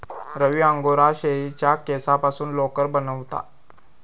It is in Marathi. रवी अंगोरा शेळीच्या केसांपासून लोकर बनवता